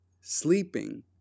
sleeping